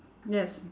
yes